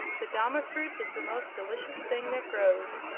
the dama-fruit is the most delicious thing that grows,